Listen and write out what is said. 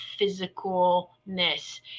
physicalness